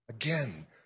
Again